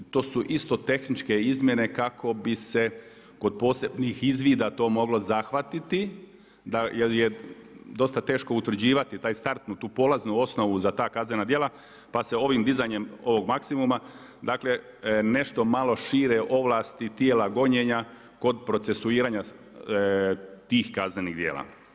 To su isto tehničke izmjene kako bi se kod posebnih izvida to moglo zahvatiti, jer je dosta teško utvrđivati tu startnu, tu polaznu osnovu za ta kaznena djela, pa se ovim dizanjem ovog maksimuma, dakle nešto malo šire ovlasti tijela gonjenja kod procesuiranja tih kaznenih djela.